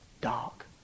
dark